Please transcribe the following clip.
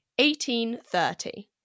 1830